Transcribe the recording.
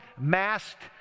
masked